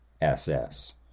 SS